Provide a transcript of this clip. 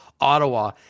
Ottawa